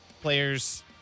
players